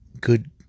Good